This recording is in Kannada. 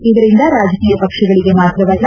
ಇದರಿಂದ ರಾಜಕೀಯ ಪಕ್ಷಗಳಿಗೆ ಮಾತ್ರವಲ್ಲ